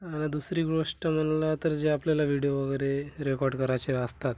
आणि दुसरी गोष्ट म्हणला तर जे आपल्याला व्हिडिओ वगैरे रेकॉर्ड करायचे असतात